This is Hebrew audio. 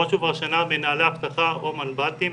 בראש ובראשונה מנהלי אבטחה או מנב"טים,